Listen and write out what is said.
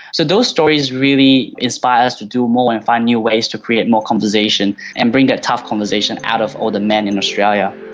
so those stories really inspire us to do more and find new ways to create more conversations and bring that tough conversation out of all the men in australia.